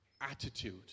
attitude